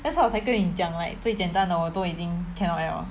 that's why 我才跟你讲 [what] 最简单的我都已经 cannot liao